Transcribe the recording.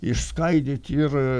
išskaidyt ir